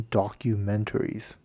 documentaries